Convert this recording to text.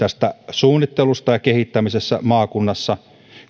suunnittelusta ja kehittämisestä maakunnassa